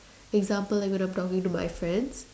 example like when I'm talking to my friends